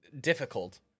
difficult